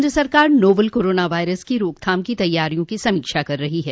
केन्द्र सरकार novel corona virus की रोकथाम की तैयारियो की समीक्षा कर रही है